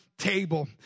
table